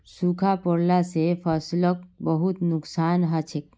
सूखा पोरला से फसलक बहुत नुक्सान हछेक